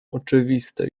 oczywiste